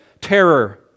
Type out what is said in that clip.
terror